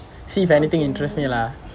see if anything interest me lah